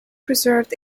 preserved